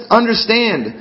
understand